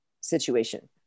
situation